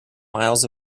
miles